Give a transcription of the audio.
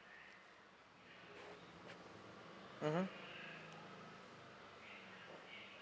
mmhmm